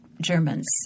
Germans